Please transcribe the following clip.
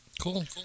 Cool